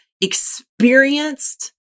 experienced